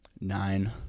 nine